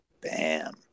bam